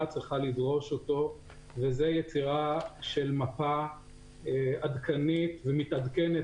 צריכה לדרוש אותו וזאת יצירה של מפה עדכנית ומתעדכנת